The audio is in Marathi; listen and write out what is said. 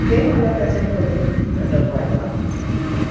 हे मला त्याचे प्रमुख घटक वाटतात